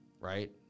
right